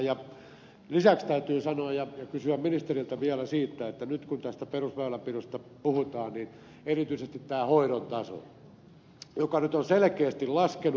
lisäksi täytyy sanoa ja kysyä ministeriltä vielä nyt kun tästä perusväylänpidosta puhutaan erityisesti tästä hoidon tasosta joka nyt on selkeästi laskenut